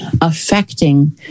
affecting